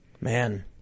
Man